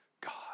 God